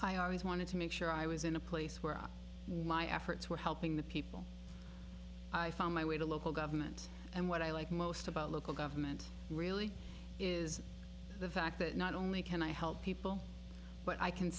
i always wanted to make sure i was in a place where my efforts were helping the people i found my way to local government and what i like most about local government really is the fact that not only can i help people but i can